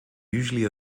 usually